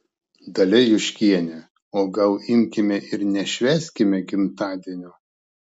dalia juškienė o gal imkime ir nešvęskime gimtadienio